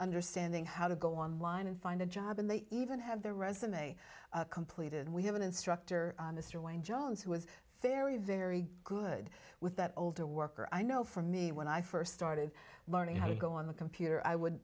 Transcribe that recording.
understanding how to go online and find a job and they even have their resume completed we have an instructor mr wayne jones who is very very good with that older worker i know for me when i first started learning how to go on the computer i would